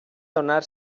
donar